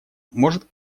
может